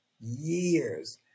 years